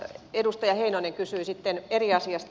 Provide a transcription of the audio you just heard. edustaja heinonen kysyi sitten eri asiasta